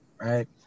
right